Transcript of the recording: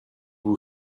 vous